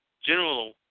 General